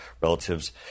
relatives